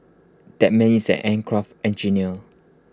that man is aircraft engineer